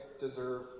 deserve